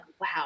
wow